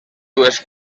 dues